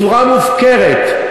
בצורה מופקרת,